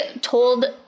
told